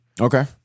Okay